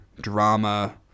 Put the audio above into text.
drama